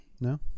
no